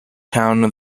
town